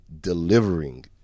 delivering